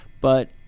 but-